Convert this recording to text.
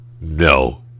no